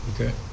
Okay